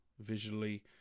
visually